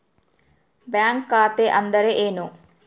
Bank ಖಾತೆ ಅಂದರೆ ಏನು?